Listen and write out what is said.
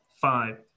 five